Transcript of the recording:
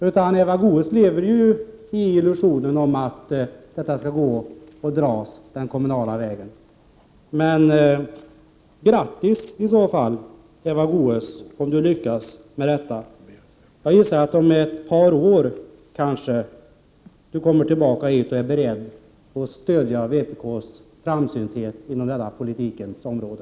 Eva Goés lever i illusionen att det går att ordna den kommunala vägen. Grattis, om Eva Goés lyckas med det. Jag gissar att Eva Goés om ett par år kanske kommer tillbaka och är beredd att stödja vpk:s framsynthet inom detta politikens område.